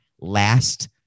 Last